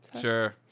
Sure